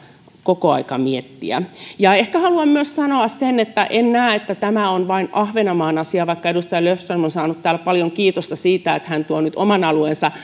koko ajan miettiä ehkä haluan myös sanoa sen että en näe että tämä on vain ahvenanmaan asia vaikka edustaja löfström on saanut täällä paljon kiitosta siitä että hän tuo nyt oman alueensa